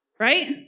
Right